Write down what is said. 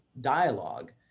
dialogue